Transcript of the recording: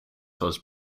was